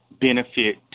benefit